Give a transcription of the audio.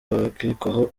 abakekwaho